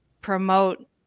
promote